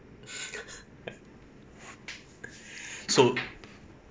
so